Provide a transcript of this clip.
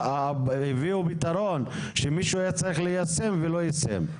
הביאו פתרון שמישהו היה צריך ליישם אותו ולא יישם.